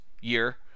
year